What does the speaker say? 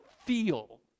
feel